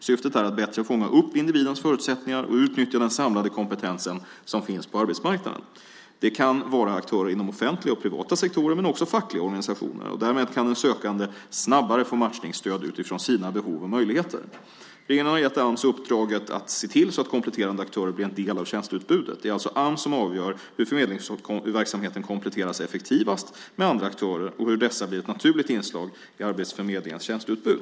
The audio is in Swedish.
Syftet är att bättre fånga upp individens förutsättningar och utnyttja den samlade kompetens som finns på arbetsmarknaden. Det kan vara aktörer inom offentliga och privata sektorer men också fackliga organisationer. Därmed kan den sökande snabbare få matchningsstöd utifrån sina behov och möjligheter. Regeringen har gett Ams uppdraget att se till att kompletterande aktörer blir en del av tjänsteutbudet. Det är alltså Ams som avgör hur förmedlingsverksamheten kompletteras effektivast med andra aktörer och hur dessa blir ett naturligt inslag i arbetsförmedlingens tjänsteutbud.